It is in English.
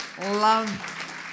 Love